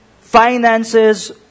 finances